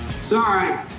Sorry